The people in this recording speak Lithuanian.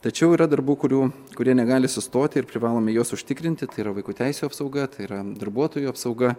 tačiau yra darbų kurių kurie negali sustoti ir privalome juos užtikrinti tai yra vaikų teisių apsauga tai yra darbuotojų apsauga